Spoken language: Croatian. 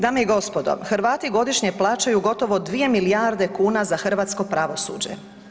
Dame i gospodo Hrvati godišnje plaćaju gotovo 2 milijarde kuna za hrvatsko pravosuđe.